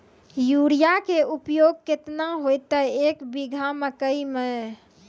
Urea के उपयोग केतना होइतै, एक बीघा मकई मे?